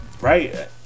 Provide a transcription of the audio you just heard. right